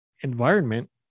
environment